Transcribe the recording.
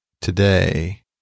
today